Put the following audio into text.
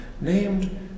named